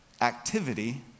activity